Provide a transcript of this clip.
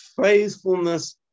Faithfulness